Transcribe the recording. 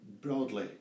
broadly